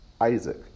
Isaac